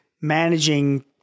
managing